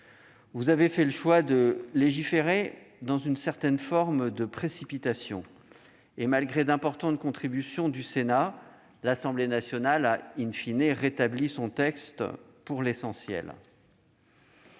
Vous avez fait le choix de légiférer dans une certaine forme de précipitation. Malgré d'importantes contributions du Sénat, l'Assemblée nationale a, pour l'essentiel,